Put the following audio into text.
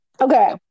Okay